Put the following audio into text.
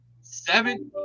Seven